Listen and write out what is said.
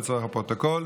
לצורך הפרוטוקול.